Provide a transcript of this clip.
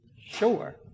Sure